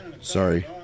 Sorry